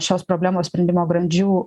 šios problemos sprendimo grandžių